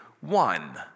one